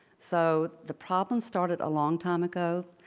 so, the problem started a long time ago.